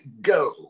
go